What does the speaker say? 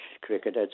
cricket